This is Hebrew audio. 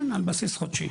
כן, על בסיס חודשי.